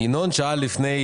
ינון שאל לפני